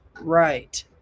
right